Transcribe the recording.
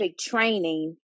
training